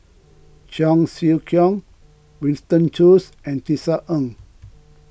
Cheong Siew Keong Winston Choos and Tisa Ng